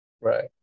Right